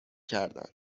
کردن